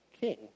king